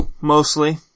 mostly